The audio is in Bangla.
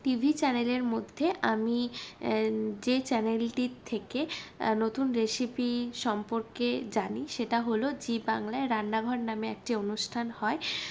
টিভি চ্যানেলের মধ্যে আমি যে চ্যানেলটির থেকে নতুন রেসিপি সম্পর্কে জানি সেটা হল জি বাংলায় রান্নাঘর নামে একটি অনুষ্ঠান হয়